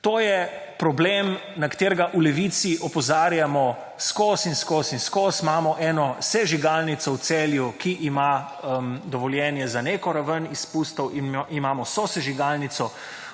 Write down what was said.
To je problem, na katerega v Levici opozarjamo vseskozi in vseskozi in vseskozi: imamo eno sežigalnico v Celju, ki ima dovoljenje za neko raven izpustov, imamo sosežigalnico